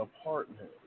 apartment